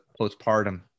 postpartum